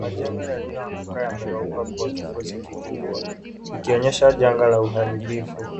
Majengo yaliyoanguka yamegeuka kuwa kifusi kikubwa ikionyesha janga la uharibifu.